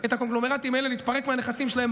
את הקונגלומרטים האלה להתפרק מהנכסים שלהם,